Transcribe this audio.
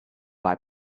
buy